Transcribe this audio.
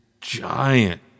giant